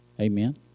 Amen